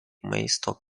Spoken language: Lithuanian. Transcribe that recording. maisto